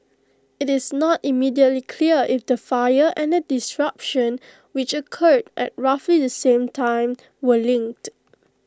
IT is not immediately clear if the fire and the disruption which occurred at roughly the same time were linked